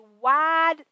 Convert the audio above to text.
wide